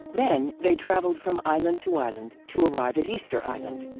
then, they traveled from island to island to arrive at easter island.